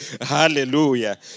Hallelujah